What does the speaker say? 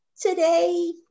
today